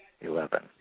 Eleven